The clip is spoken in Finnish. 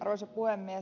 arvoisa puhemies